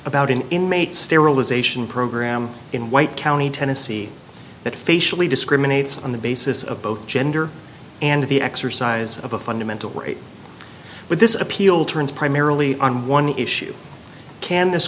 about an inmate sterilization program in white county tennessee that facially discriminates on the basis of both gender and the exercise of a fundamental right but this appeal turns primarily on one issue can this